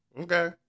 Okay